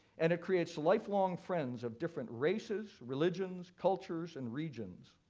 and it creates lifelong friends of different races, religions, cultures, and regions.